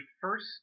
first